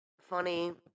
funny